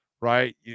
right